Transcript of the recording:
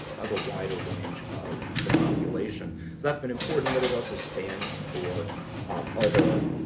of a wider range of the population. so that's been important. but it also stands for other,